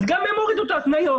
אז גם הן הורידו את ההתניות.